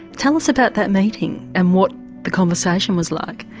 tell us about that meeting and what the conversation was like?